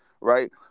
Right